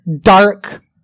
dark